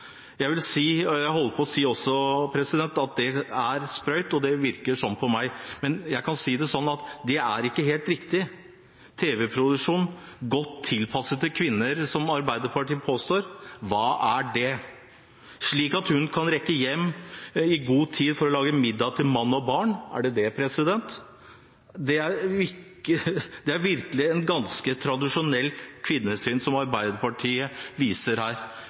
Jeg vil si at det er sprøyt. Det virker sånn på meg. Det er ikke riktig, som Arbeiderpartiet påstår, at tv-produksjon er godt tilpasset kvinner. Hva mener man med det? Er det for at «hun» kan rekke hjem i god tid for å lage middag til mann og barn? Er det det man mener? Det er virkelig et ganske tradisjonelt kvinnesyn Arbeiderpartiet viser her.